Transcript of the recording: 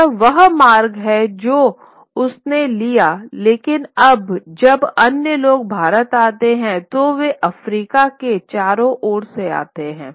यह वह मार्ग है जो उसने लिया लेकिन अब जब अन्य लोग भारत आते हैं तो वे अफ्रीका के चारों ओर से आते हैं